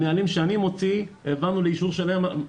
את הנהלים שאני מוציא העברנו לאישור שלהם.